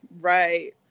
Right